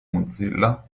mozilla